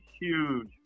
huge